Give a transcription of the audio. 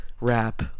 rap